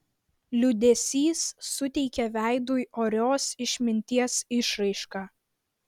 liūdesys suteikė veidui orios išminties išraišką